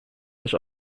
też